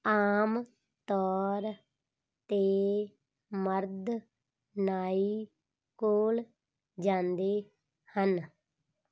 ਆਮ ਤੌਰ 'ਤੇ ਮਰਦ ਨਾਈ ਕੋਲ ਜਾਂਦੇ ਹਨ